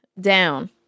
down